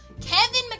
Kevin